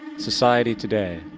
society today,